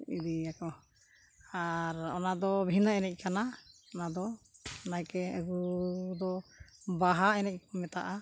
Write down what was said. ᱤᱫᱤᱭᱟᱠᱚ ᱟᱨ ᱚᱱᱟ ᱫᱚ ᱵᱷᱤᱱᱟᱹ ᱮᱱᱮᱡ ᱠᱟᱱᱟ ᱚᱱᱟ ᱫᱚ ᱱᱟᱭᱠᱮ ᱟᱹᱜᱩ ᱫᱚ ᱵᱟᱦᱟ ᱮᱱᱮᱡ ᱠᱚ ᱢᱮᱛᱟᱜᱼᱟ